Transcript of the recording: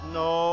no